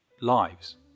lives